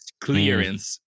clearance